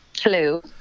Hello